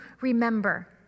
remember